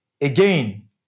again